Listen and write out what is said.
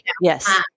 Yes